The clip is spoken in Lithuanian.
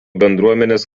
bendruomenės